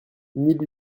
mille